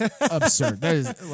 absurd